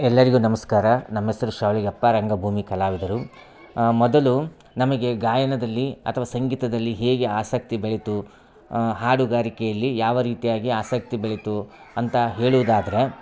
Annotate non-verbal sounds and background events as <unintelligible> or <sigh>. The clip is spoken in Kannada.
ಎಲ್ಲರಿಗೂ ನಮಸ್ಕಾರ ನಮ್ಮ ಹೆಸರು <unintelligible> ರಂಗಭೂಮಿ ಕಲಾವಿದರು ಮೊದಲು ನಮಗೆ ಗಾಯನದಲ್ಲಿ ಅಥವಾ ಸಂಗೀತದಲ್ಲಿ ಹೇಗೆ ಆಸಕ್ತಿ ಬೆಳೆಯಿತು ಹಾಡುಗಾರಿಕೆಯಲ್ಲಿ ಯಾವ ರೀತಿಯಾಗಿ ಆಸಕ್ತಿ ಬೆಳೆಯಿತು ಅಂತ ಹೇಳೋದಾದ್ರೆ